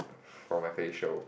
from my facial